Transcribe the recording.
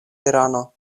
irano